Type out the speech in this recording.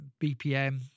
BPM